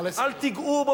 אל תיגעו בו,